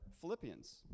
Philippians